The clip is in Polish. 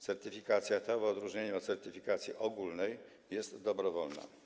Certyfikacja ta w odróżnieniu od certyfikacji ogólnej jest dobrowolna.